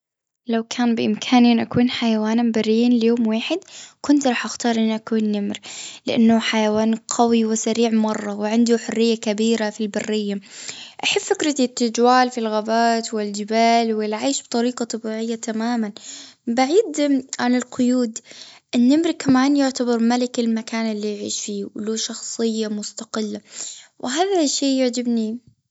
لو كان بإمكاني أن أكون حيوانا بريا ليوم واحد كنت راح أختار أني أكون نمر لأنه حيوان قوي وسريع مرة وعنده حرية كبيرة في البرية أحس فكرتي في التجوال في الغابات والجبال والعيش بطريقة طبيعية تماما بعيدا عن القيود النمر كمان يعتبر ملك المكان اللي يعيش فيه وله شخصية مستقلة. وهذا الشيء يعجبني.